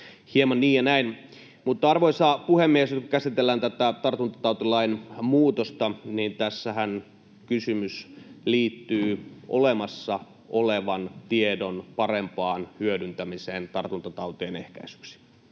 hieman niin ja näin. Mutta, arvoisa puhemies, nyt kun käsitellään tätä tartuntatautilain muutosta, niin tässähän kysymys liittyy olemassa olevan tiedon parempaan hyödyntämiseen tartuntatautien ehkäisyksi.